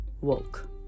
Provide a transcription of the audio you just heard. woke